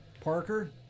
Parker